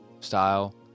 Style